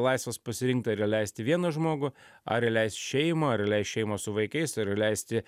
laisvas pasirinkti ar įleisti vieną žmogų ar įleist šeimą ar įleist šeimą su vaikais ar įleisti